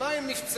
ממה הם נפצעו?